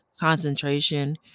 Concentration